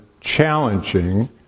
challenging